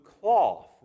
cloth